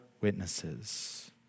witnesses